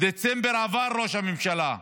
דצמבר עבר, ראש הממשלה.